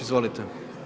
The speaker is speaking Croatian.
Izvolite.